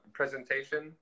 presentation